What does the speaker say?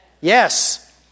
Yes